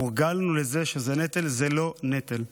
הורגלנו לזה שזה נטל, זה לא נטל.